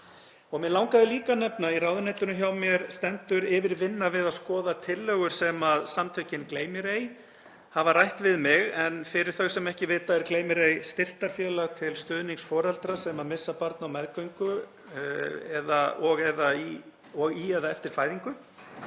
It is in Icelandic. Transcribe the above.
Mig langaði líka að nefna að í ráðuneytinu hjá mér stendur yfir vinna við að skoða tillögur sem samtökin Gleym mér ei hafa rætt við mig en fyrir þau sem það ekki vita er Gleym mér ei styrktarfélag til stuðnings foreldrum sem missa barn á meðgöngu og í eða eftir fæðingu.